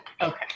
Okay